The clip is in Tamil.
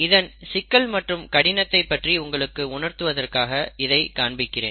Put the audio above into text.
இதன் சிக்கல் மற்றும் கடினத்தை பற்றி உங்களுக்கு உணர்த்துவதற்காக இதை காண்பிக்கிறேன்